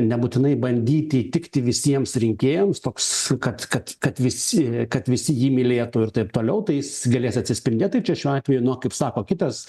nebūtinai bandyti įtikti visiems rinkėjams toks kad kad kad visi kad visi jį mylėtų ir taip toliau tai jis galės atsispindėt tai čia šiuo atveju nuo kaip sako kitas